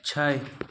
छै